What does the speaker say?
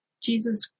Jesus